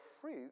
fruit